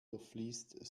durchfließt